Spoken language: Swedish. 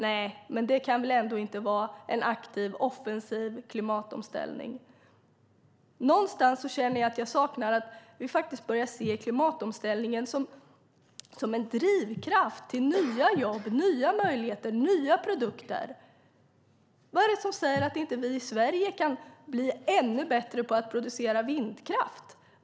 Nej, det kan väl ändå inte vara en aktiv och offensiv klimatomställning. Jag saknar synen på klimatomställningen som en drivkraft till nya jobb, nya möjligheter och nya produkter. Vad är det som säger att vi i Sverige inte kan bli ännu bättre på att producera vindkraft?